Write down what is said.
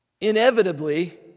Inevitably